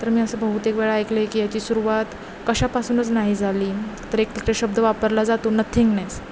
तर मी असं बहुतेक वेळा ऐकलं आहे की याची सुरुवात कशापासूनच नाही झाली तर एक तिकडे शब्द वापरला जातो नथिंगनेस